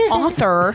author